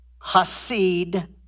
hasid